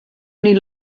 only